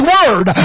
Word